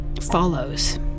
follows